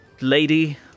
lady